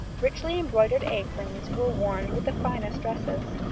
richly embroidered aprons were worn with the finest dresses.